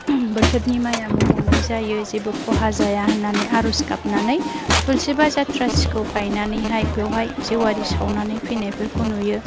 बोथोरनि माइआ मोजाङै जायो जेबो खहा जाया होननानै आर'ज गाबनानै थुलसि बा जाथ्रासिखौ गायनानैहाय बेवहाय जेवारि सावनानै फैनायफोरखौ नुयो